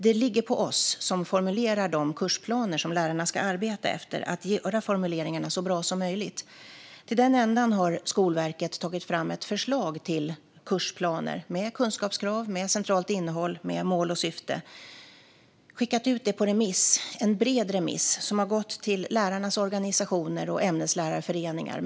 Det ligger på oss som formulerar de kursplaner som lärarna ska arbeta efter att göra formuleringarna så bra som möjligt. Skolverket har tagit fram ett förslag till kursplaner, med kunskapskrav, med centralt innehåll och med mål och syfte, och skickat ut det på en bred remiss till lärarnas organisationer och ämneslärarföreningar.